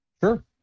sure